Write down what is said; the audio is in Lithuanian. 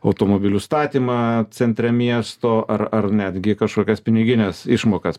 automobilių statymą centre miesto ar ar netgi kažkokias pinigines išmokas